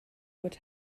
what